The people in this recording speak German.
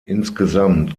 insgesamt